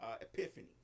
Epiphany